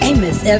Amos